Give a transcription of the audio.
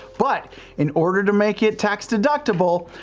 but in order to make it tax deductible,